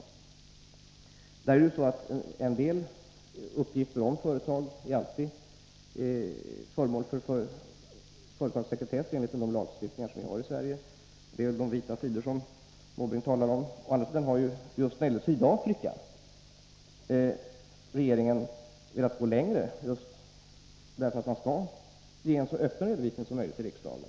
I sådana sammanhang är, i enlighet med den lagstiftning som vi har i Sverige, alltid en del uppgifter om företag föremål för sekretess, vilket tar sig uttryck i de vita sidor som Måbrink talar om. Å andra sidan har regeringen velat gå längre när det gäller Sydafrika just för att kunna ge en så öppen redovisning som möjligt till riksdagen.